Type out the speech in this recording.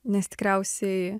nes tikriausiai